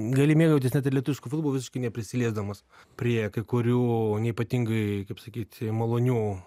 gali mėgautis net ir lietuvišku futbolu visiškai neprisiliesdamas prie kai kurių neypatingai kaip sakyt malonių